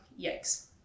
yikes